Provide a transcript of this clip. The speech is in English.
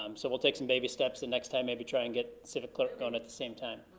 um so we'll take some baby steps and next time maybe try and get civic clerk going at the same time.